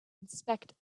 inspect